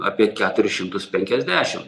apie keturis šimtus penkiasdešim